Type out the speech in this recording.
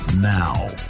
now